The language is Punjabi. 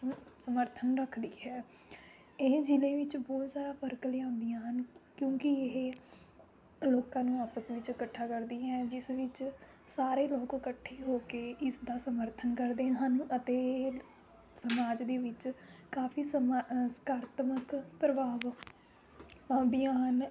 ਸ ਸਮਰਥਨ ਰੱਖਦੀ ਹੈ ਇਹ ਜ਼ਿਲ੍ਹੇ ਵਿੱਚ ਬਹੁਤ ਸਾਰਾ ਫ਼ਰਕ ਲਿਆਉਂਦੀਆਂ ਹਨ ਕਿਉਂਕਿ ਇਹ ਲੋਕਾਂ ਨੂੰ ਆਪਸ ਵਿੱਚ ਇਕੱਠਾ ਕਰਦੀ ਹੈ ਜਿਸ ਵਿੱਚ ਸਾਰੇ ਲੋਕ ਇਕੱਠੇ ਹੋ ਕੇ ਇਸਦਾ ਸਮਰਥਨ ਕਰਦੇ ਹਨ ਅਤੇ ਇਹ ਸਮਾਜ ਦੇ ਵਿੱਚ ਕਾਫ਼ੀ ਸਮਾਂ ਸਕਾਰਾਤਮਕ ਪ੍ਰਭਾਵ ਪਾਉਂਦੀਆਂ ਹਨ